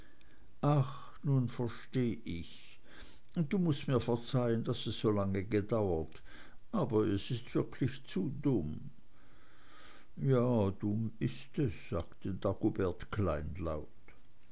ach nun versteh ich und du mußt mir verzeihen daß es so lange gedauert hat aber es ist wirklich zu dumm ja dumm ist es sagte